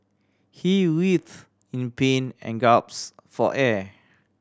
he writhe in pain and gaps for air